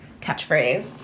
catchphrase